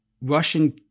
Russian